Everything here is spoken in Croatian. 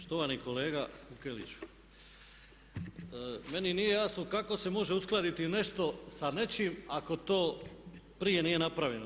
Štovani kolega Vukeliću, meni nije jasno kako se može uskladiti nešto sa nečim ako to prije nije napravljeno.